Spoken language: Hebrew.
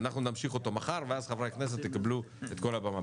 ואנחנו נמשיך אותו מחר ואז חברי הכנסת יקבלו את כל הבמה.